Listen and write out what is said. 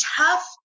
tough